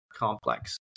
complex